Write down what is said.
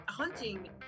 Hunting